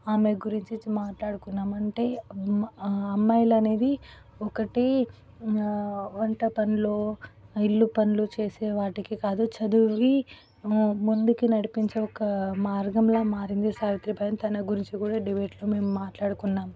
ఆమె గురించి మాట్లాడుకున్నాం అంటే అమ్మా అమ్మాయిలు అనేది ఒకటి వంట పనిలో ఇల్లు పనిలో చేసే వాటికి కాదు చదివి ము ముందుకి నడిపించే ఒక మార్గంలా మారింది సావిత్రిబాయి తన గురించి కూడా డిబేట్లో మేము మాట్లాడుకున్నాం